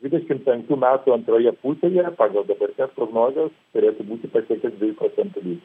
dvidešim penktų metų antroje pusėje pagal dabartines prognozes turėtų būti pasiekęs dviejų procentų lygį